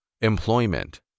Employment